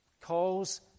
calls